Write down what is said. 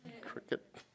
Cricket